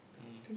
mm